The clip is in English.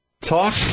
Talk